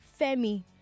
Femi